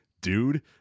dude